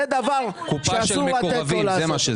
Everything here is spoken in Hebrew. שזה דבר שאסור לתת לו לעשות.